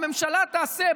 הממשלה תעשה.